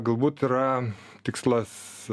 galbūt yra tikslas